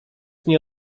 nie